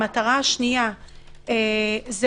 המטרה השלישית זה